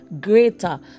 greater